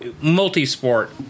multi-sport